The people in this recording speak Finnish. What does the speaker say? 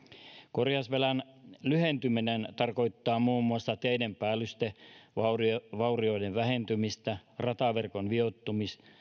korjausvelan lyhentyminen tarkoittaa muun muassa teiden päällystevaurioiden vähentymistä ja rataverkon vioittumisesta